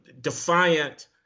defiant